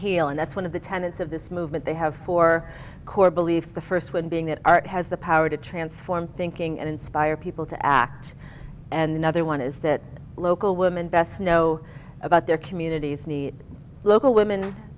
heal and that's one of the tenets of this movement they have four core beliefs the first one being that art has the power to transform thinking and inspire people to act and another one is that local women best know about their communities need local women